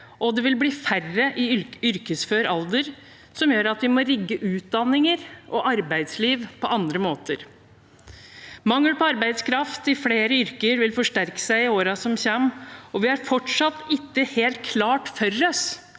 og det vil bli færre i yrkesaktiv alder, noe som gjør at vi må rigge utdanninger og arbeidsliv på andre måter. Mangel på arbeidskraft i flere yrker vil forsterke seg i årene som kommer, og vi har fortsatt ikke helt klart for oss